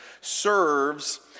serves